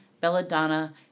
belladonna